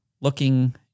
looking